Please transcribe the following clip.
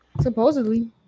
Supposedly